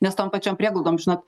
nes tom pačiom prieglaudom žinot